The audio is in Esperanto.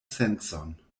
sencon